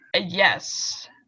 Yes